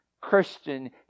Christian